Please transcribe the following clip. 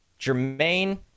Jermaine